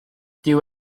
dyw